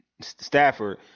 Stafford